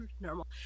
normal